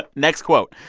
ah next quote,